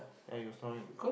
ya you were snoring